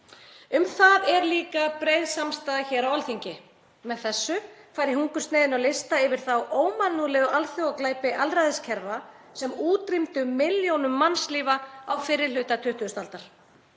Um það er líka breið samstaða hér á Alþingi. Með þessu færi hungursneyðin á lista yfir þá ómannúðlegu alþjóðaglæpi alræðiskerfa sem útrýmdu milljónum mannslífa á fyrri hluta 20. aldar.